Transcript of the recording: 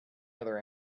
other